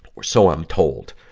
or so i'm told.